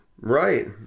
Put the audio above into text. Right